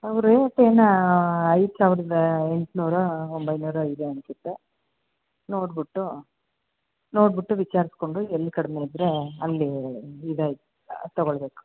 ಅವು ರೇಟ್ ಏನು ಐದು ಸಾವಿರ್ದ ಎಂಟುನೂರೋ ಒಂಬೈನೂರೊ ಇದೆ ಅನಿಸುತ್ತೆ ನೋಡ್ಬಿಟ್ಟು ನೋಡ್ಬಿಟ್ಟು ವಿಚಾರಿಸ್ಕೊಂಡು ಎಲ್ಲಿ ಕಡಿಮೆ ಇದ್ರೆ ಅಲ್ಲಿ ಇದಾಯ್ತು ತೊಗೊಳ್ಬೇಕು